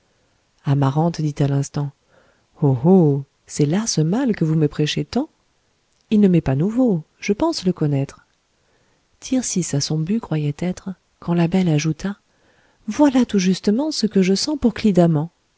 amarante dit à l'instant oh oh c'est là ce mal que vous me prêchez tant il ne m'est pas nouveau je pense le connaître tircis à son but croyait être quand la belle ajouta voilà tout justement ce que je sens pour clidamant